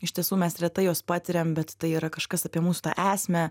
iš tiesų mes retai juos patiriam bet tai yra kažkas apie mūsų tą esmę